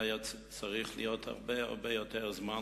היה צריך להיות לו הרבה הרבה יותר זמן,